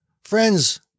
Friends